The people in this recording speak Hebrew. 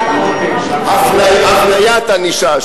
הבניית ענישה.